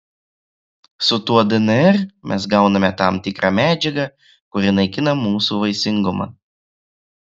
su tuo dnr mes gauname tam tikrą medžiagą kuri naikina mūsų vaisingumą